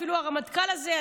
אפילו הרמטכ"ל הזה,